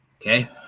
Okay